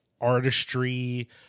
artistry